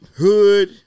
hood